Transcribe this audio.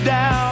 Down